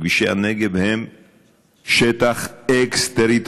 כבישי הנגב הם שטח אקס-טריטוריאלי.